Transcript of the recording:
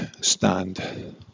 stand